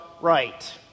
right